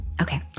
okay